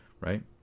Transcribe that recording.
right